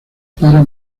para